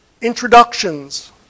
Introductions